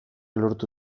lortu